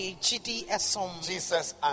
Jesus